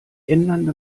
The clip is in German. ändernde